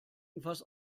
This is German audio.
was